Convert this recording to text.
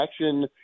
action